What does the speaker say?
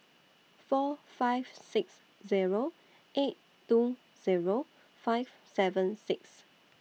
four five six Zero eight two Zero five seven six